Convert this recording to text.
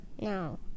No